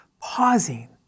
pausing